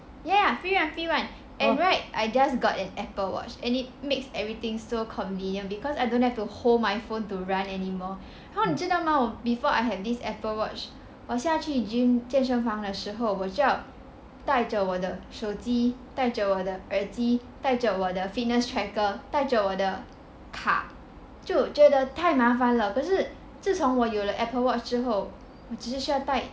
ya free [one] free [one] and right I just got an apple watch and it makes everything so convenient because I don't have to hold my phone to run anymore 你知道吗 before I had this apple watch 我下去 gym 健身房的时候我就要带着我的手机带着我的耳机带着我的 fitness tracker 带着我的卡就觉得太麻烦了可是自从我有了我的 apple watch 之后我只是需要带